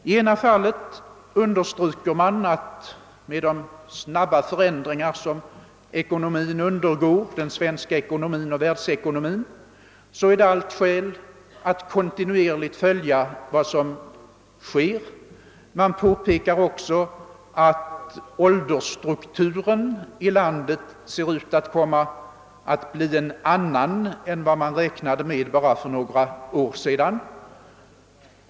I det ena fallet understryker man att det på grund av de snabba förändringar som den svenska ekonomin och världsekonomin undergår finns allt skäl att kontinuerligt följa vad som sker. Man påpekar också att åldersstrukturen i landet ser ut att komma att bli en annan än man räknade med bara för några år sedan.